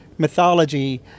mythology